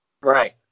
Right